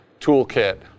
toolkit